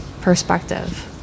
perspective